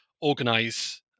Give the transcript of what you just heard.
organize